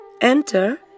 Enter